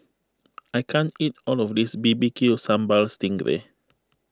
I can't eat all of this B B Q Sambal Sting Ray